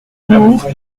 nour